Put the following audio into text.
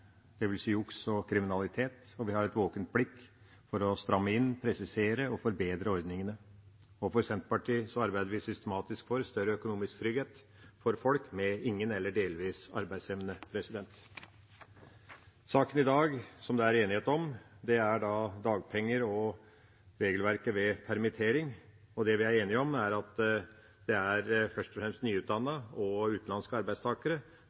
og kriminalitet. Vi har et våkent blikk for å stramme inn, presisere og forbedre ordningene. I Senterpartiet arbeider vi systematisk for større økonomisk trygghet for folk med ingen eller delvis arbeidsevne. Saken vi behandler i dag, som det er enighet om, handler om dagpenger og regelverket ved permittering. Det vi er enige om, er at det er først og fremst nyutdannede og utenlandske arbeidstakere